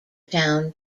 town